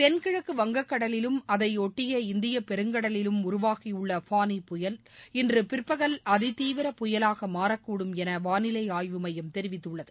தென்கிழக்கு வங்கக்கடலிலும் அதைபொட்டி இந்தியப் பெருங்கடலிலும் உருவாகியுள்ள ஃபானி புயல் இன்று பிற்பகல் அதிதீவிர புயலாக மாறக்கூடும் என வானிலை ஆய்வு மையம் தெரிவித்துள்ளது